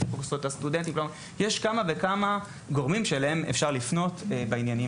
יש כמה וכמה גורמים שלהם אפשר לפנות בעניינים האלה.